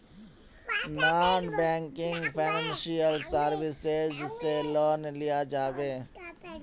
Non banking financial services से loan लिया जाबे?